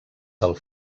del